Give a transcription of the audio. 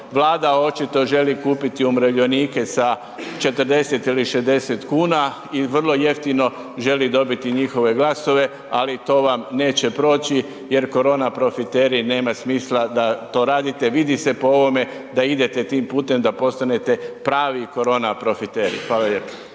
Vlada očito želi kupiti umirovljenike sa 40 ili 60,00 kn i vrlo jeftino želi dobiti njihove glasove, ali to vam neće proći jer korona profiteri nema smisla da to radite. Vidi se po ovome da idete tim putem da postanete pravi korona profiteri. Hvala lijepo.